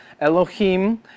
Elohim